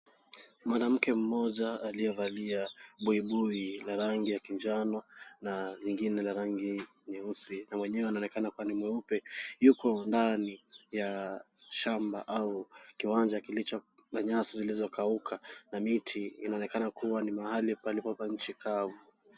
Mwanamke mmoja, aliyevalia buibui la rangi ya njano na mwingine la rangi nyeusi, na mwenyewe anaonekana kuwa ni mweupe. Yuko ndani ya shamba au kiwanja kilicho na nyasi zilizo kauka na miti inaonekana kuwa ni mahali palipo pa nchi kavu.